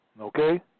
Okay